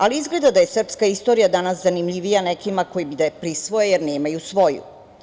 Ali, izgleda da je srpska istorija danas zanimljivija nekima koji bi da je prisvoje, jer nemaju svoju.